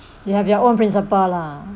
you have your own principle lah